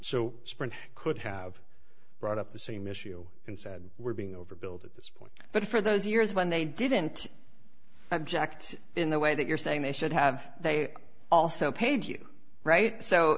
so sprint could have brought up the same issue and said we're being overbilled at this point but for those years when they didn't object in the way that you're saying they should have they also paid you right so